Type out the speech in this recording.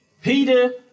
Peter